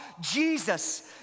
Jesus